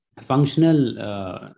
functional